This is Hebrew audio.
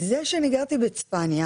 זה שאני גרתי בצפניה